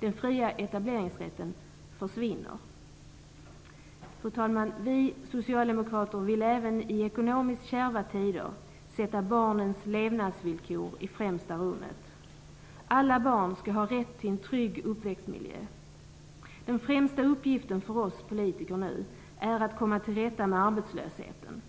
Den fria etableringsrätten försvinner. Fru talman! Vi socialdemokrater vill även i ekonomiskt kärva tider sätta barnens levnadsvillkor i främsta rummet. Alla barn skall ha rätt till en trygg uppväxtmiljö. Den främsta uppgiften för oss politiker är att nu komma till rätta med arbetslösheten.